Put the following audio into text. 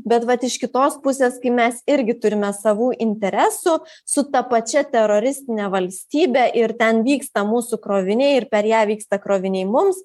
bet vat iš kitos pusės kai mes irgi turime savų interesų su ta pačia teroristine valstybe ir ten vyksta mūsų kroviniai ir per ją vyksta kroviniai mums